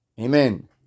Amen